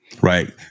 right